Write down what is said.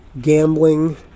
gambling